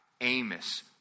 Amos